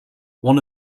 one